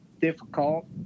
difficult